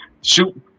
shoot